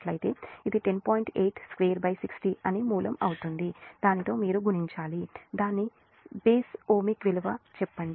8260 అని మూలం అవుతుంది దానితో మీరు గుణించాలి దాని స్వంత బేస్ ఓహ్మిక్ విలువ చెప్పండి